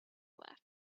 left